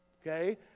okay